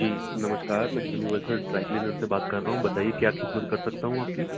جی نمشکار میں universal dry cleaner سے بات کر رہا ہوں بتائیے کیا خدمت کر سکتا ہوں آپ کی